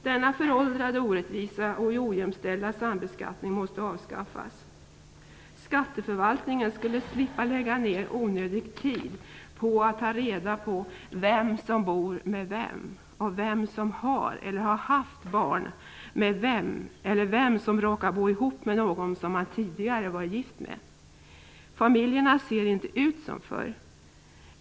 Denna föråldrade, orättvisa och ojämställda sambeskattning måste avskaffas. Skatteförvaltningen skulle slippa lägga ned onödig tid på att ta reda på vem som bor med vem, vem som har eller har haft barn med vem eller vem som råkar bo ihop med någon som denne tidigare varit gift med. Familjerna ser inte ut som förr.